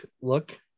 look